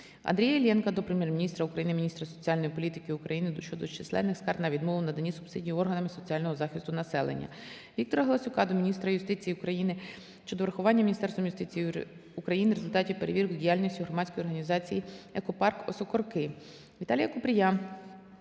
Андрія Іллєнка до Прем'єр-міністра України, міністра соціальної політики України щодо численних скарг на відмову в наданні субсидій органами соціального захисту населення. Віктора Галасюка до міністра юстиції України щодо врахування Міністерством юстиції України результатів перевірок діяльності громадської організації "Екопарк "Осокорки". Віталія Купрія